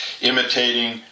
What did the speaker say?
imitating